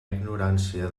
ignorància